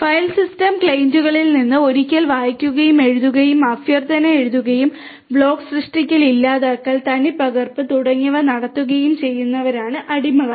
file system ക്ലയന്റുകളിൽ നിന്ന് ഒരിക്കൽ വായിക്കുകയും എഴുതുകയും അഭ്യർത്ഥന എഴുതുകയും ബ്ലോക്ക് സൃഷ്ടിക്കൽ ഇല്ലാതാക്കൽ തനിപ്പകർപ്പ് തുടങ്ങിയവ നടത്തുകയും ചെയ്യുന്നവരാണ് അടിമകൾ